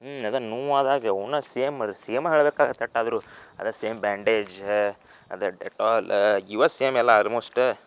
ಹ್ಞೂ ಅದನ್ನು ನೋವಾದಾಗ ಅವ್ನೂ ಸೇಮ್ ಸೇಮ್ ಆದರೂ ಅದೇ ಸೇಮ್ ಬ್ಯಾಂಡೇಜ ಅದೇ ಡೆಟಾಲ ಇವೇ ಸೇಮ್ ಎಲ್ಲ ಆಲ್ಮೋಶ್ಟ